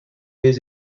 les